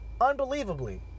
Unbelievably